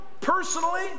personally